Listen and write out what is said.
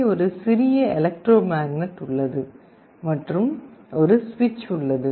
உள்ளே ஒரு சிறிய எலக்ட்ரோமேக்னட் உள்ளது மற்றும் ஒரு சுவிட்ச் உள்ளது